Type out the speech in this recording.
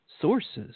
sources